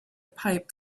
pipe